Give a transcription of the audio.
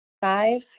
five